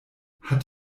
hat